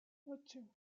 ocho